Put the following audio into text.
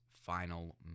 final